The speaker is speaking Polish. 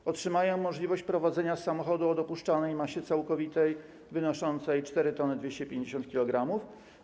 B otrzymają możliwość prowadzenia samochodu o dopuszczalnej masie całkowitej wynoszącej 4250 kg.